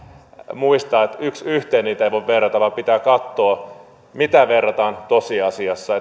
muistaa että yksi yhteen niitä ei voi verrata vaan pitää katsoa mitä verrataan tosiasiassa